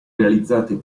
realizzate